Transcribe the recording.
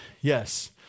Yes